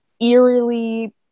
eerily